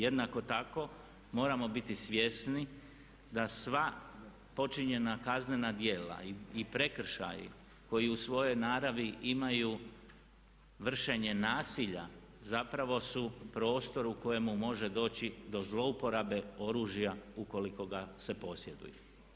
Jednako tako moramo biti svjesni da sva počinjena kaznena djela i prekršaji koji u svojoj naravi imaju vršenje nasilja zapravo su prostor u kojemu može doći do zlouporabe oružja u koliko ga se posjeduje.